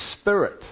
spirit